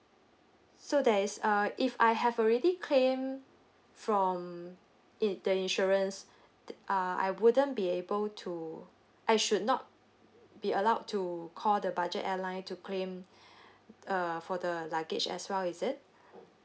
so there is uh if I have already claim from it the insurance uh I wouldn't be able to I should not be allowed to call the budget airline to claim uh for the luggage as well is it